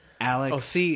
Alex